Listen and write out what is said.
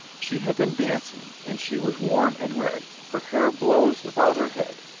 she had been dancing, and she was warm and red, her hair blowzed about her head.